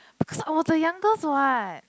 because I was the youngest what